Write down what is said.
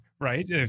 right